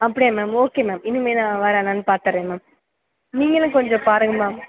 அப்படியா ma'am okay ma'am இனிமேல் நான் வர்றானான்னு பார்த்துடுறன் மேம் நீங்களும் கொஞ்சம் பாருங்கள் மேம்